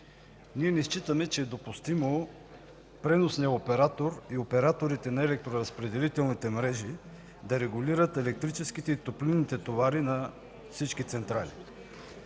ние не считаме, че е допустимо преносният оператор и операторите на електроразпределителните мрежи да регулират електрическите и топлинните товари на всички централи